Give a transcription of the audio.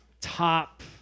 Top